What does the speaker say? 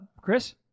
Chris